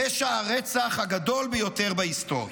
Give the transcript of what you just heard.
פשע הרצח הגדול ביותר בהיסטוריה,